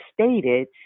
stated